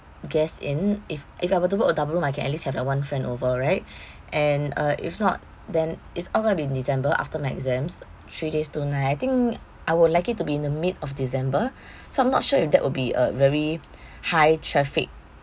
guests in if if I were to book a double room I can at least have like one friend over right and uh if not then it's all going to be december after my exams three days two night I think I would like it to be in the mid of december so I'm not sure if that would be a very high traffic